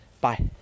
bye